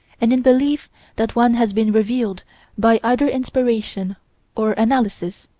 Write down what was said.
and in belief that one has been revealed by either inspiration or analysis,